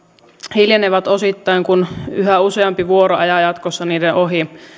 hiljenevät osittain kun yhä useampi vuoro ajaa jatkossa niiden ohi